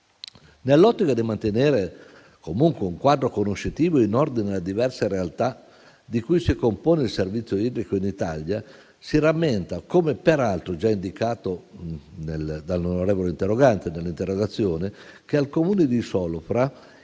Nell'ottica di mantenere comunque un quadro conoscitivo in ordine alle diverse realtà di cui si compone il servizio idrico in Italia, si rammenta, come peraltro già indicato dall'onorevole interrogante nell'interrogazione, che al Comune di Solofra,